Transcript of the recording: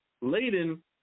laden